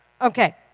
Okay